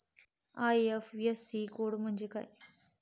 IFSC code म्हणजे काय?